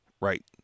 Right